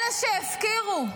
אלה שהפקירו,